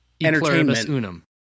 Entertainment